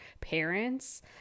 parents